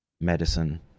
medicine